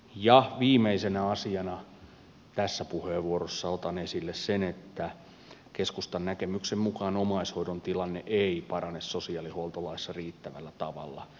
viimeisenä asiana tässä puheenvuorossa otan esille sen että keskustan näkemyksen mukaan omaishoidon tilanne ei parane sosiaalihuoltolaissa riittävällä tavalla